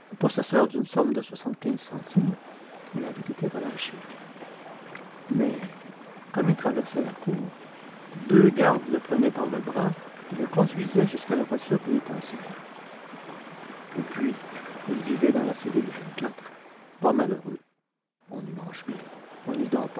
possesseur d'une somme de soixante-quinze centimes il avait été relâché mais comme il traversait la cour deux gardes le prenaient par le bras et le conduisaient jusqu'à la voiture pénitentiaire depuis il vivait dans la cellule pas malheureux on y mange bien on n'y